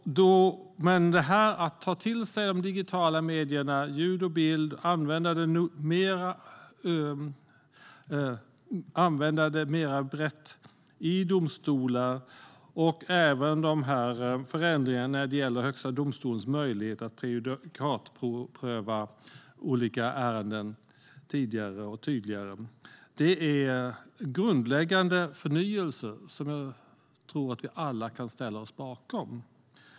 En modernare rättegång II Att ta till sig de digitala medierna, ljud och bild, och använda dem mer brett i domstolar och även förändringarna när det gäller Högsta domstolens möjlighet att prejudikatpröva olika ärenden tidigare och tydligare är grundläggande förnyelse som jag tror att vi alla kan ställa oss bakom.